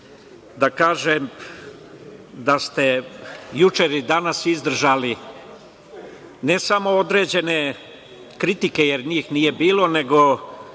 da kažem da ste juče i danas izdržali ne samo određene kritike, jer njih nije bilo, nego